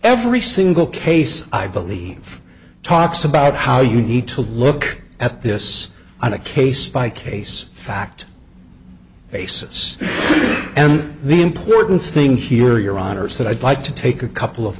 every single case i believe talks about how you need to look at this on a case by case fact basis and the important thing here your honour's that i'd like to take a couple of